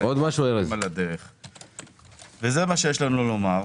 זה מה שיש לנו לומר.